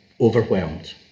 overwhelmed